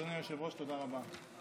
אדוני היושב-ראש, תודה רבה.